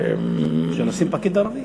אפשר לשים פקיד ערבי.